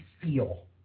feel